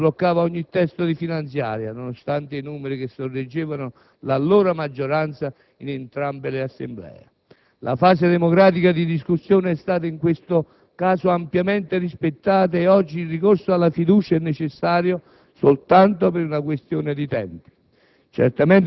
il Governo bloccava ogni testo di finanziaria, nonostante i numeri che sorreggevano l'allora maggioranza in entrambe le Assemblee. La fase democratica di discussione è stata, in questo caso, ampiamente rispettata e oggi il ricorso alla fiducia è necessario soltanto per una questione di tempi.